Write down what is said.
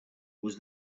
was